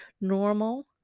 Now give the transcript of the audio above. normal